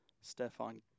Stefan